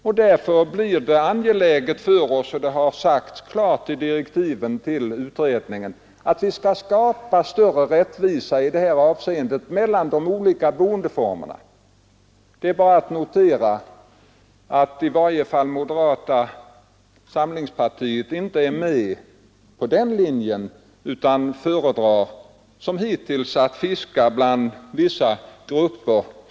För genomförande av saneringen är det väsentligt att stimulera fastighetsägarna till sanering genom statliga lån, liksom att kommunerna kan genomdriva saneringen med stöd av lagstiftning. Kommunerna kommer också att få ökade möjligheter till lån för förvärv av saneringsfastigheter.